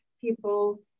people